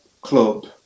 club